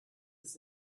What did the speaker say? ist